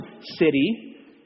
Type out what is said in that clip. city